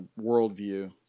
worldview